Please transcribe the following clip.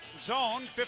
zone